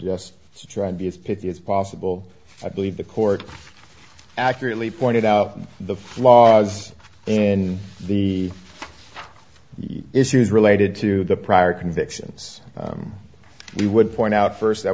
just to try to be as pithy as possible i believe the court accurately pointed out the flaws in the issues related to the prior convictions we would point out first that